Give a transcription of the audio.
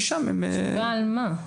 תשובה על מה?